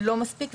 לא מספיק,